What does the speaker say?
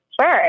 Sure